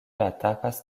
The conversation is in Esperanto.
atakas